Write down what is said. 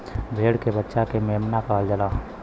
भेड़ के बच्चा के मेमना कहल जाला